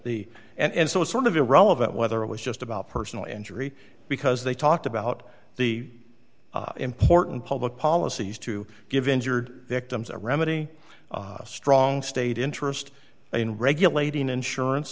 the and so it's sort of irrelevant whether it was just about personal injury because they talked about the important public policies to give injured victims a remedy a strong state interest in regulating insurance